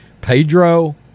Pedro